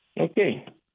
Okay